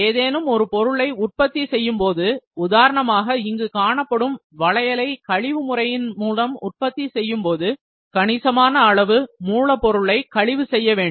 ஏதேனும் ஒரு பொருளை உற்பத்தி செய்யும் போது உதாரணமாக இங்கு காணப்படும் வளையலை கழிவு முறையின் மூலம் உற்பத்தி செய்யும் போது கணிசமான அளவு மூலப்பொருளை கழிவு செய்ய வேண்டும்